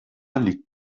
liegt